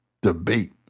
debate